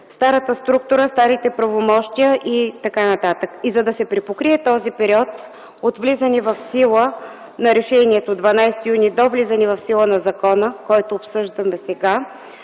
старата структура, старите правомощия и т.н. За да се припокрие този период от влизане в сила на решението – 12 юни, до влизането в сила на закона, който обсъждаме сега